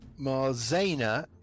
Marzana